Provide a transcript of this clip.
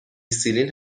سیلین